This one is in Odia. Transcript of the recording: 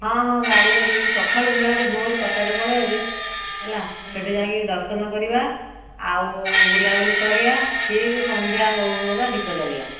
ହଁ ହଁ ଗାଡି କରିକି ସକାଳୁ ଯିବା ହାରି ଭୋର୍ ଚାରିଟାରେ ପଳାଇବା ଯେ ହେଲା ସେଠି ଯାଇକି ଦର୍ଶନ କରିବା ଆଉ ବୁଲାବୁଲି କରିବା ଠିକ୍ ସନ୍ଧ୍ୟା ହେଉ ହେଉକା ଦୀପ ଜାଳିବା